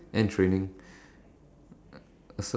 do basically